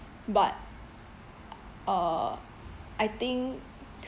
but uh I think